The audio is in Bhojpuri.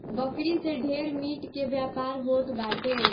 बकरी से ढेर मीट के व्यापार होत बाटे